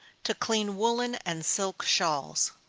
to clean woollen and silk shawls.